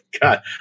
God